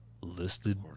listed